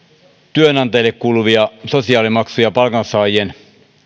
työantajille kuuluvia sosiaalimaksuja palkansaajien